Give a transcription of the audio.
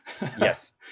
yes